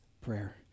prayer